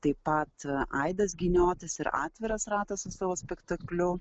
tai pat aidas giniotis ir atviras ratas savo spektakliu